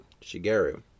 Shigeru